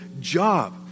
job